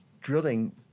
drilling